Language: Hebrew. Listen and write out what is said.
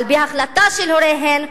על-פי החלטה של הוריהן,